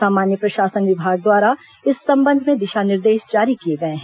सामान्य प्रशासन विभाग द्वारा इस संबंध में दिशा निर्देश जारी किए गए हैं